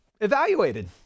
evaluated